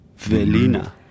Velina